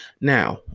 Now